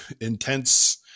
intense